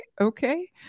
okay